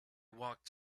walked